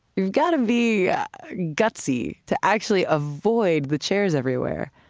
you've got to be gutsy to actually avoid the chairs everywhere.